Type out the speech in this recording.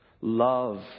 Love